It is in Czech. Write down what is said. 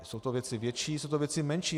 Jsou to věci větší, jsou to věci menší.